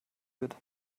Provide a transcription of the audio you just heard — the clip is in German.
wird